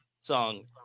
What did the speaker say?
song